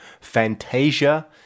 Fantasia